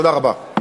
תודה רבה.